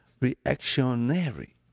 reactionary